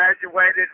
graduated